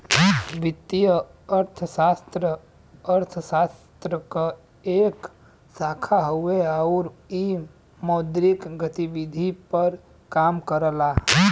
वित्तीय अर्थशास्त्र अर्थशास्त्र क एक शाखा हउवे आउर इ मौद्रिक गतिविधि पर काम करला